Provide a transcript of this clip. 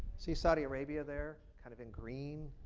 see saudi arabia there kind of in green?